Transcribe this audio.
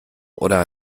oder